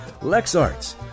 LexArts